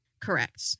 Correct